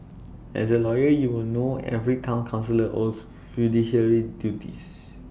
as A lawyer you will know every Town councillor owes fiduciary duties